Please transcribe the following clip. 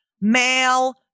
male